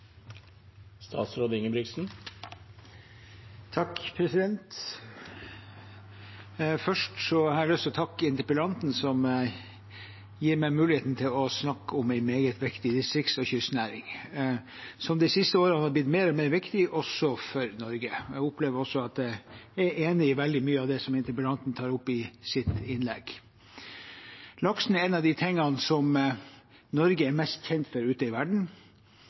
Først har jeg lyst til å takke interpellanten som gir meg muligheten til å snakke om en meget viktig distrikts- og kystnæring, som de siste årene er blitt mer og mer viktig også for Norge. Jeg opplever også at jeg er enig i veldig mye av det som interpellanten tar opp i sitt innlegg. Laksen er en av de tingene som Norge er mest kjent for ute i verden,